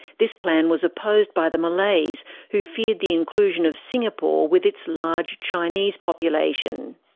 this plan was opposed by the malays, who feared the inclusion of singapore, with its large chinese population.